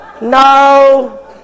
no